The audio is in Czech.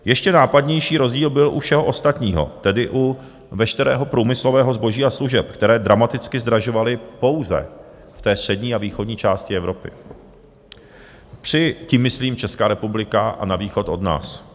Ještě nápadnější rozdíl byl u všeho ostatního, tedy u veškerého průmyslového zboží a služeb, které dramaticky zdražovaly pouze v střední a východní části Evropy, tím myslím Česká republika a na východ od nás.